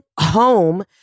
home